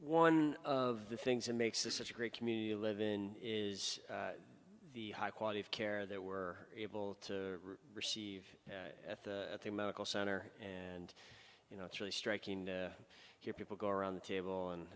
one of the things that makes this such a great community live in is the high quality of care that we're able to receive at the at the medical center and you know it's really striking here people go around the table and